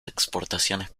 exportaciones